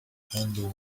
handle